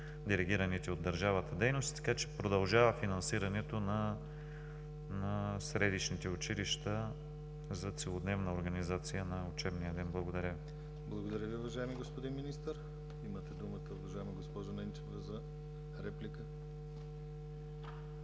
делегираните от държавата дейности, така че продължава финансирането на средищните училища за целодневната организация на учебния ден. Благодаря. ПРЕДСЕДАТЕЛ ДИМИТЪР ГЛАВЧЕВ: Благодаря Ви, уважаеми господин Министър. Имате думата, уважаема госпожо Ненчева за реплика.